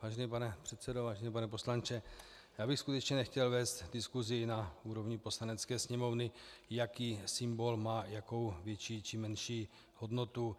Vážený pane předsedo, vážený pane poslanče, já bych skutečně nechtěl vést diskusi na úrovni Poslanecké sněmovny, jaký symbol má jakou větší či menší hodnotu.